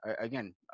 again